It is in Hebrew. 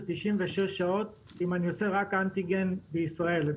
96 שעות אם אני עושה רק אנטיגן בישראל?